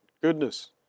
Goodness